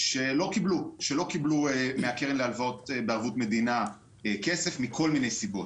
שלא קיבלו מהקרן להלוואות בערבות מדינה מכל מיני סיבות.